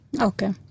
Okay